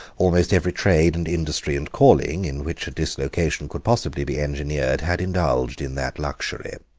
almost every trade and industry and calling in which a dislocation could possibly be engineered had indulged in that luxury.